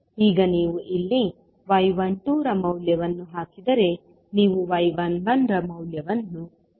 ಈಗ ನೀವು ಇಲ್ಲಿ y 12 ರ ಮೌಲ್ಯವನ್ನು ಹಾಕಿದರೆ ನೀವು y 11 ರ ಮೌಲ್ಯವನ್ನು 0